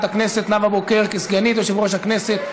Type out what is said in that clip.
הכנסת נאוה בוקר לסגנית יושב-ראש הכנסת.